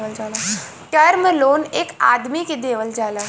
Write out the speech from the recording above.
term loan एक आदमी के देवल जाला